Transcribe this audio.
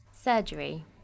Surgery